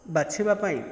ବାଛିବା ପାଇଁ